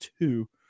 two